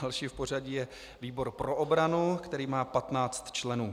Další v pořadí je výbor pro obranu, který má 15 členů.